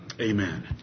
Amen